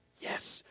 yes